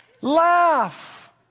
laugh